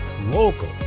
local